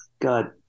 God